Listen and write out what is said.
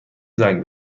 زنگ